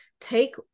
take